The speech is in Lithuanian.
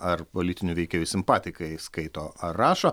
ar politinių veikėjų simpatikai skaito ar rašo